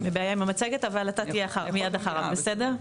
אבל אתה תהיה מיד אחריו, בסדר?